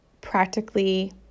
practically